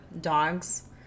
dogs